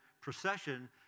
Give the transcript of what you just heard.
procession